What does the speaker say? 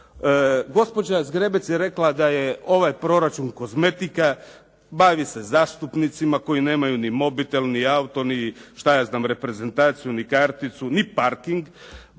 Gospođa Zgrebec je rekla da je ovaj proračun kozmetika, bavi se zastupnicima koji nemaju ni mobitel, ni auto, ni šta ja znam reprezentaciju, ni karticu, ni parking.